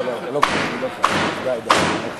אני חייב, אני חייב.